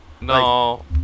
no